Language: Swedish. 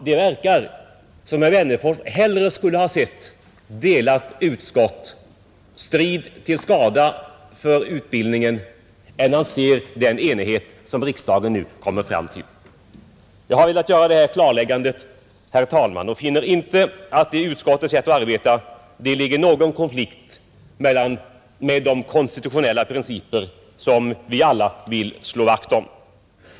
Det tycks sålunda som om herr Wennerfors hellre skulle ha sett delat utskott och strid till skada för biblioteksutbildningen än den enighet som riksdagen nu kommer fram till. Jag har velat göra det här klarläggandet och finner inte att det i utskottets sätt att arbeta ligger någon konflikt med de konstitutionella principer som vi alla vill slå vakt om.